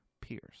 Pierce